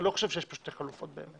אני לא חושב שיש פה שתי חלופות באמת.